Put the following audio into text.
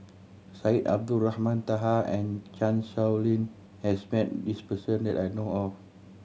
Syed Abdulrahman Taha and Chan Sow Lin has met this person that I know of